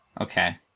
Okay